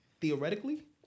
theoretically